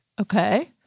Okay